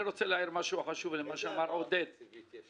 אני רוצה להעיר משהו חשוב לגבי מה שאמר עודד פורר.